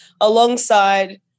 alongside